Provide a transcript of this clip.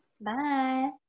bye